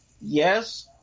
Yes